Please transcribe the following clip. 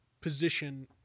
position